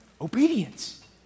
obedience